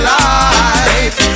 life